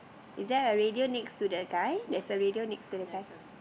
is there a radio next to the guy there's a radio next to the guy